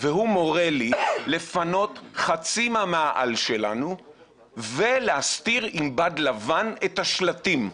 והוא מורה לי לפנות חצי מהמאהל שלנו ולהסתיר עם בד לבן את השלטים.